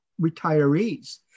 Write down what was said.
retirees